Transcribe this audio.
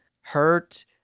hurt